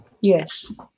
Yes